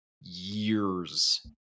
Years